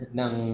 ng